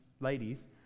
ladies